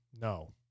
No